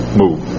move